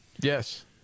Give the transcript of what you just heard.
Yes